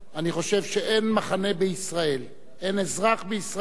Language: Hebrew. אני חושב שאין מחנה בישראל, אין אזרח בישראל,